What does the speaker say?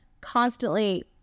constantly